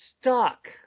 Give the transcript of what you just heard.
stuck